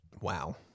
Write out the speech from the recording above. Wow